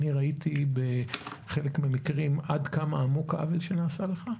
ראיתי בחלק מהמקרים עד כמה עמוק העוול שנעשה לך.